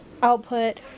output